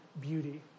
beauty